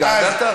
התגעגעת?